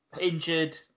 injured